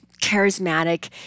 charismatic